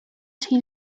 she